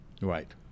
Right